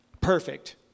perfect